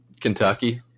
Kentucky